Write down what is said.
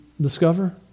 discover